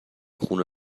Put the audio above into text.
خونه